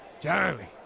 Charlie